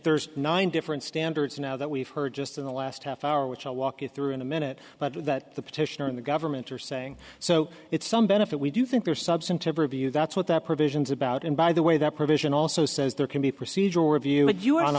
there's nine different standards now that we've heard just in the last half hour which i'll walk you through in a minute but with that the petitioner and the government are saying so it's some benefit we do think there are substantive review that's what the provisions about and by the way that provision also says there can be procedural review that you are